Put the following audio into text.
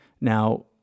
Now